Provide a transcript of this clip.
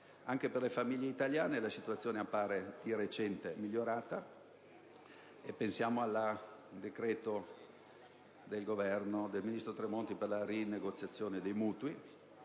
Anche per le famiglie italiane la situazione appare di recente migliorata (pensiamo al decreto del ministro Tremonti per la rinegoziazione dei mutui).